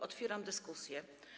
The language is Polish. Otwieram dyskusję.